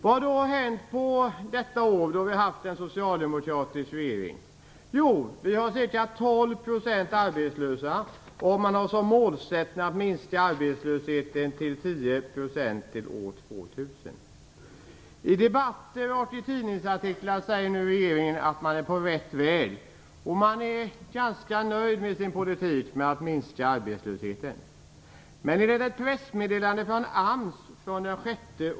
Vad har då hänt under det år då vi haft en socialdemokratisk regering? Vi har ca 12 % arbetslösa. Man har som målsättning att minska arbetslösheten till 10 % till år 2000. I debatter och tidningsartiklar säger regeringen att man är på rätt väg. Man är ganska nöjd med sin politik när det gäller att minska arbetslösheten.